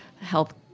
health